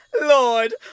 Lord